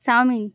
chowmein